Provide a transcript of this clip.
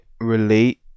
relate